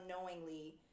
unknowingly